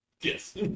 Yes